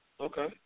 Okay